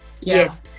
Yes